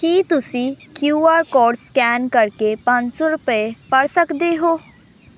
ਕੀ ਤੁਸੀਂਂ Q R code scan ਕਰ ਕੇ ਪੰਜ ਸੌ ਰੁਪਏ ਭਰ ਸਕਦੇ ਹੋ